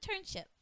internship